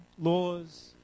laws